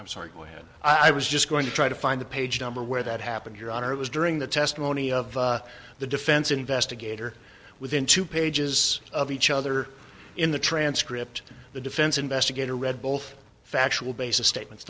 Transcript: i'm sorry go ahead i was just going to try to find the page number where that happened your honor it was during the testimony of the defense investigator within two pages of each other in the transcript the defense investigator read both factual basis statements